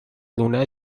لونه